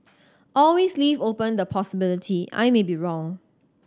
always leave open the possibility I may be wrong